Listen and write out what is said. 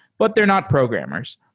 but they're not programmers.